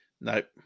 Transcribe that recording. Nope